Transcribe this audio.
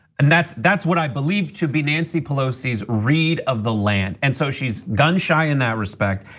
and that's that's what i believe to be nancy pelosi's read of the land. and so she's gun shy in that respect,